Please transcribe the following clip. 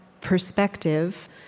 perspective